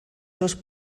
seus